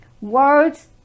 words